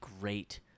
great